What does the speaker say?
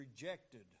rejected